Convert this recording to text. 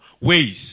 ways